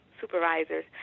supervisors